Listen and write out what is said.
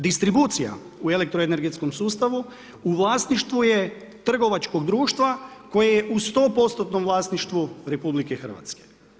Distribucija u elektroenergetskom sustavu je vlasništvu je trgovačkog društva koje je u 100% vlasništvu RH.